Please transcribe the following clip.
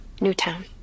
Newtown